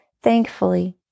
Thankfully